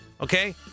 Okay